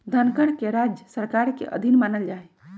धनकर के राज्य सरकार के अधीन मानल जा हई